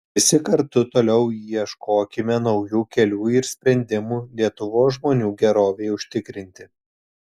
visi kartu toliau ieškokime naujų kelių ir sprendimų lietuvos žmonių gerovei užtikrinti